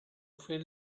feel